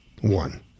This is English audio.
one